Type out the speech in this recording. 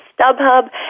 StubHub